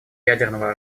ядерного